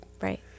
Right